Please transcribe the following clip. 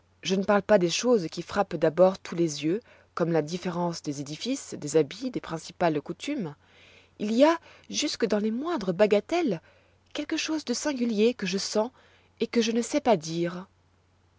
je ne parle pas des choses qui frappent d'abord tous les yeux comme la différence des édifices des habits des principales coutumes il y a jusque dans les moindres bagatelles quelque chose de singulier que je sens et que je ne sais pas dire